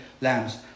lambs